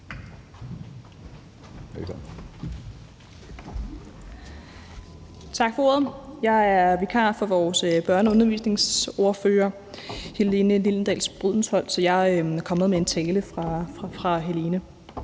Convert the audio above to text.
Tak for ordet. Jeg er vikar for vores børne- og undervisningsordfører, Helene Liliendahl Brydensholt, så jeg er kommet med en tale fra hende.